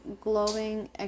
glowing